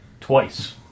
Twice